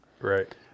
Right